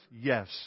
Yes